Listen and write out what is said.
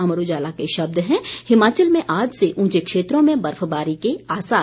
अमर उजाला के शब्द हैं हिमाचल में आज से उंचे क्षेत्रों में बर्फबारी के आसार